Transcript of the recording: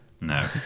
no